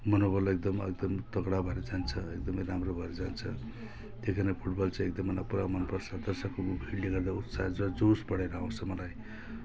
मनोबल एकदम एकदम तगडा भएर जान्छ एकदमै राम्रो भएर जान्छ त्यही कारण फुटबल चाहिँ एकदम मलाई पुरा मनपर्छ दर्शकहरूको भिडले गर्दा उत्साह र जोस बढेर आउँछ मलाई